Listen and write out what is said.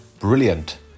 Brilliant